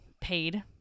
paid